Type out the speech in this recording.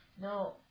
No